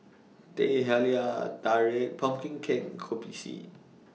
Teh Halia Tarik Pumpkin Cake Kopi C